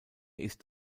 ist